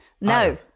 no